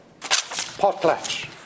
Potlatch